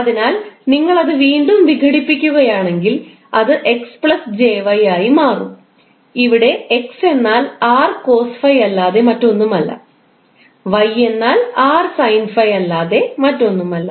അതിനാൽ നിങ്ങൾ അത് വീണ്ടും വിഘടിപ്പിക്കുകയാണെങ്കിൽ അത് 𝑥 𝑗𝑦 ആയി മാറും ഇവിടെ x എന്നാൽ 𝑟 cos ∅ അല്ലാതെ മറ്റൊന്നുമല്ല y എന്നാൽ 𝑟 sin ∅ അല്ലാതെ മറ്റൊന്നുമല്ല